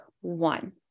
one